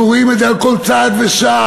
אנחנו רואים את זה על כל צעד ושעל.